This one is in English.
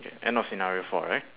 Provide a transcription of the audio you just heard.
K end of scenario four right